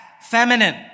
feminine